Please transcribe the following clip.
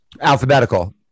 Alphabetical